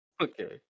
Okay